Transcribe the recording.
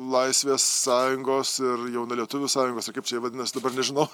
laisvės sąjungos ir jaunalietuvių sąjungos ar kaip čia jie vadinasi dabar nežinau